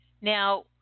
Now